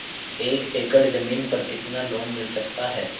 एक एकड़ जमीन पर कितना लोन मिल सकता है?